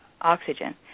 oxygen